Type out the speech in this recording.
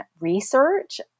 research